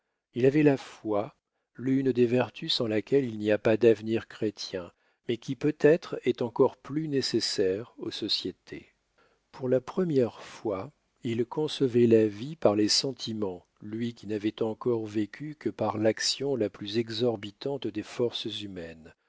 il avait la foi l'une des vertus sans laquelle il n'y a pas d'avenir chrétien mais qui peut-être est encore plus nécessaire aux sociétés pour la première fois il concevait la vie par les sentiments lui qui n'avait encore vécu que par l'action la plus exorbitante des forces humaines